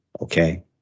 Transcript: Okay